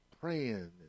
praying